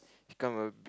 become a